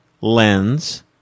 lens